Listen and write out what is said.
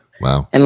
Wow